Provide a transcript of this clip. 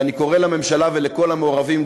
ואני קורא לממשלה ולכל המעורבים,